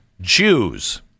Jews